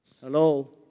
Hello